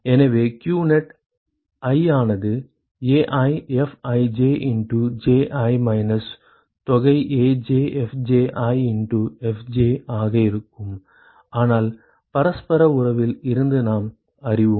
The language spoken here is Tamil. எனவே q net i ஆனது AiFij இண்டு Ji மைனஸ் தொகை AjFji இண்டு Fj ஆக இருக்கும் ஆனால் பரஸ்பர உறவில் இருந்து நாம் அறிவோம்